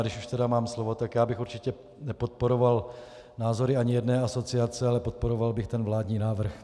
A když už tedy mám slovo, tak já bych určitě nepodporoval názory ani jedné asociace, ale podporoval bych ten vládní návrh.